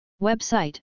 Website